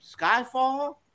Skyfall